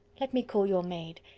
let me call your maid.